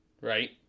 right